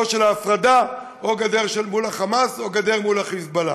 או גדר ההפרדה או גדר מול החמאס או גדר מול החיזבאללה.